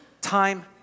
time